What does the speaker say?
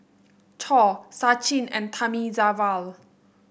Choor Sachin and Thamizhavel